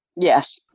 Yes